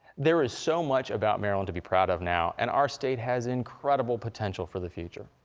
there is so much about maryland to be proud of now and our state has incredible potential for the future.